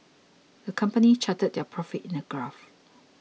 the company charted their profits in a graph